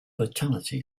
vitality